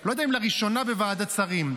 לא יודע אם לראשונה בוועדת שרים,